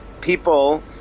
people